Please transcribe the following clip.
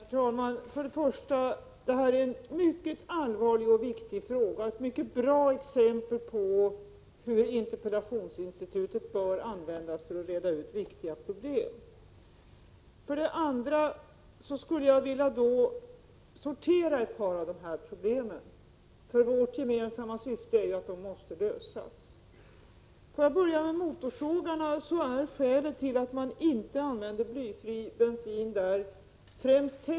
Herr talman! För det första vill jag framhålla att det här är en mycket allvarlig och viktig fråga samt att detta är ett mycket bra exempel på hur interpellationsinstitutet bör användas när det gäller att reda ut viktiga problem. För det andra skulle jag vilja sortera ut ett par av problemen. Vårt gemensamma syfte är ju att problemen måste lösas. Jag börjar med att säga någonting om motorsågarna. Det är främst av tekniska skäl som man inte använder blyfri bensin.